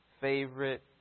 favorite